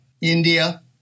India